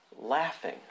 laughing